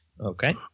Okay